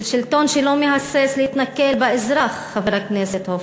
של שלטון שלא מהסס להתנכל לאזרח, חבר הכנסת הופמן,